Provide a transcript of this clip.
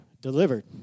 delivered